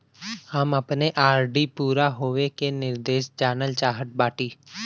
हम अपने आर.डी पूरा होवे के निर्देश जानल चाहत बाटी